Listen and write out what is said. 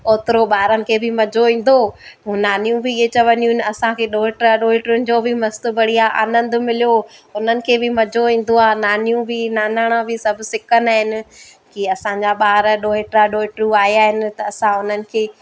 ओतिरो ॿारनि खे बि मज़ो ईंदो पोइ नानियूं बि ईअं चवंदियूं आहिनि असांखे डोइटा डोइटियुनि जो बि मस्तु बढ़िया आनंदु मिलियो उन्हनि खे बि मज़ो ईंदो आहे नानियूं बि नानाणा बि सभु सिकंदा आहिनि कि असांजा ॿार डोइटा डोइटियूं आया आहिनि त असां उन्हनि खे